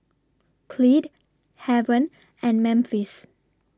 Clyde Haven and Memphis